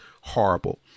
horrible